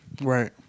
Right